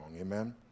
Amen